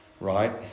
right